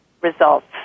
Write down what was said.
results